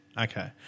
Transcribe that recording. Okay